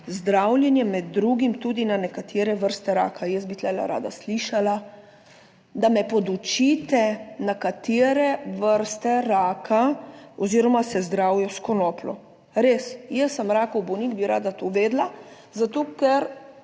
zdravljenje, med drugim tudi na nekatere vrste raka. Jaz bi tu rada slišala, da me podučite, na katere vrste raka oziroma se zdravijo s konopljo. Res, jaz sem rakav bolnik, bi rada to vedela, zato ker